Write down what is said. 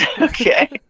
okay